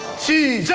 to